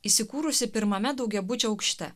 įsikūrusi pirmame daugiabučio aukšte